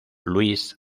luis